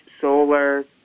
solar